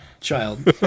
child